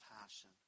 passion